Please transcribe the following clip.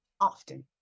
often